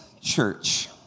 church